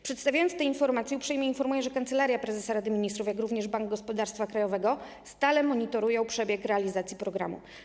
Przedstawiając te informacje, uprzejmie informuję, że Kancelaria Prezesa Rady Ministrów, jak również Bank Gospodarstwa Krajowego stale monitorują przebieg realizacji programu.